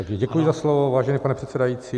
Děkuji za slovo, vážený pane předsedající.